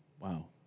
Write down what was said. wow